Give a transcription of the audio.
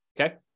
okay